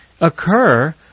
occur